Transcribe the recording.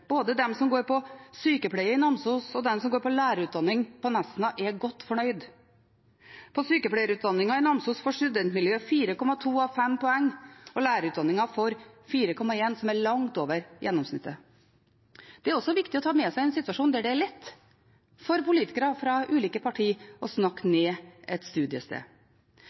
både de som går på sykepleie i Namsos, og de som går på lærerutdanning på Nesna, er godt fornøyd. På sykepleierutdanningen i Namsos får studentmiljøet 4,2 av 5 poeng, og lærerutdanningen får 4,1, som er langt over gjennomsnittet. Det er også viktig å ta med seg i en situasjon der det er lett for politikere fra ulike parti å snakke ned et studiested.